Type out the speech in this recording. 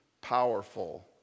powerful